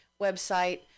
website